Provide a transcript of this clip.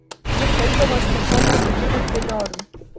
ji klaupdavos ties tuo paskutiniu piliorium